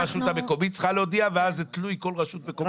הרשות המקומית צריכה להודיע ואז זה תלוי כל רשות מקומית.